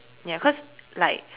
ya cause like